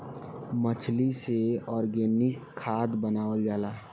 मछली से ऑर्गनिक खाद्य बनावल जाला